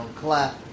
clap